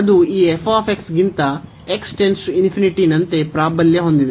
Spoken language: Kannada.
ಅದು ಈ ಗಿಂತನಂತೆ ಪ್ರಾಬಲ್ಯ ಹೊಂದಿದೆ